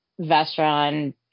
Vestron